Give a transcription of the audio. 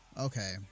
Okay